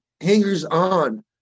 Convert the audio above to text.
hangers-on